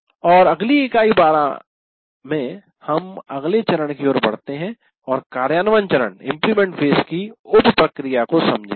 और अगली इकाई 12 में हम अगले चरण की ओर बढ़ते हैं और कार्यान्वयन चरण की उप प्रक्रिया को समझेंगे